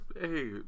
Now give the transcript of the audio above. hey